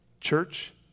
Church